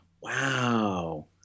Wow